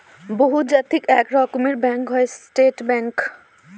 বহুজাতিক এক রকমের ব্যাঙ্ক হয় স্টেট ব্যাঙ্ক